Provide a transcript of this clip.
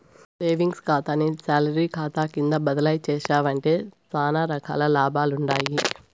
savings కాతాని salary కాతా కింద బదలాయించేశావంటే సానా రకాల లాభాలుండాయి